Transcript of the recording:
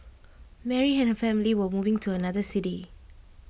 Mary and her family were moving to another city